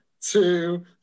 two